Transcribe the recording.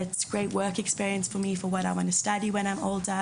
זה ניסיון עבודה מצוין בשבילי כי אני רוצה להמשיך ללמוד כשאתבגר,